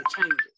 changes